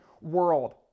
world